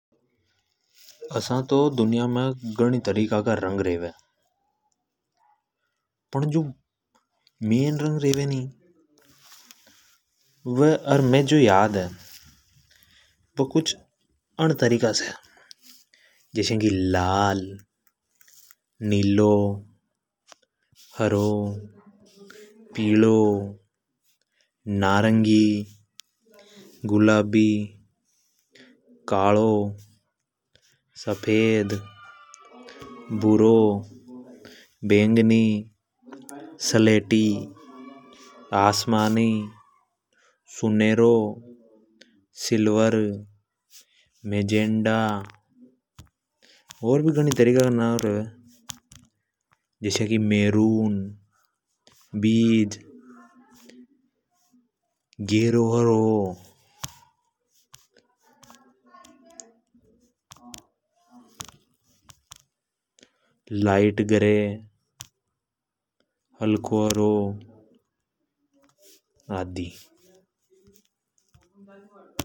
असा तो दुनिया मे घणी तरीका का रंग रेवे। फण जो मेन रंग रेवे नि अर मे जो याद है। वे कुछ अण तरीका से है। जस्या की लाल, नीलो, हरो, पिलो, नारंगी, गुलाबी, कालो, सफेद, भूरो, बैंगनी सलेटी आसमानी सुनहरो सिल्वर मैजेन्दा और भी घणा तरीका का नाव रेवे। जस्या की मेहरुन बीज गहरो हरो लाइट ग्रे आदि।